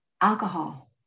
alcohol